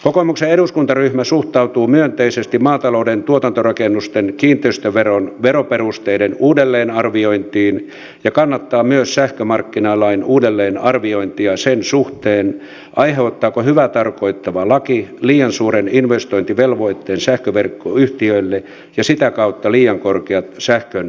kokoomuksen eduskuntaryhmä suhtautuu myönteisesti maatalouden tuotantorakennusten kiinteistöveron veroperusteiden uudelleenarviointiin ja kannattaa myös sähkömarkkinalain uudelleenarviointia sen suhteen aiheuttaako hyvää tarkoittava laki liian suuren investointivelvoitteen sähköverkkoyhtiöille ja sitä kautta liian korkeat sähkön siirtohinnat